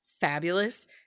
fabulous